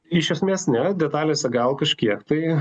iš esmės ne detalėse gal kažkiek tai